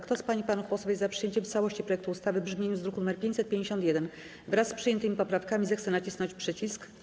Kto z pań i panów posłów jest za przyjęciem w całości projektu ustawy w brzmieniu z druku nr 551, wraz z przyjętymi poprawkami, zechce nacisnąć przycisk.